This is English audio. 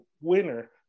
winner